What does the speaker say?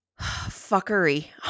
fuckery